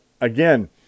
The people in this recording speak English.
again